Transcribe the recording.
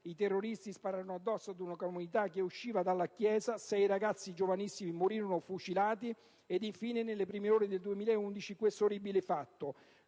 i terroristi spararono addosso ad una comunità che usciva dalla chiesa, sei ragazzi giovanissimi morirono fucilati; ed infine nelle prime ore del 2011 questo terribile fatto.